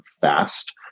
fast